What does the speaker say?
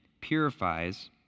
purifies